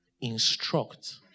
Instruct